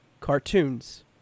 cartoons